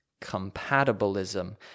Compatibilism